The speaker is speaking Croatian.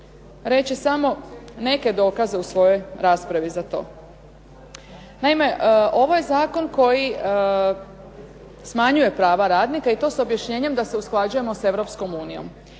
reći samo neke dokaze u svojoj raspravi za to. Naime, ovo je zakon koji smanjuje prava radnika i to s objašnjenjem da se usklađujemo s